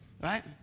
right